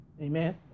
Amen